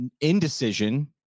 indecision